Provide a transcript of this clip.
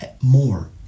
more